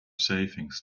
savings